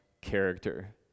character